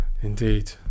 Indeed